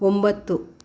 ಒಂಬತ್ತು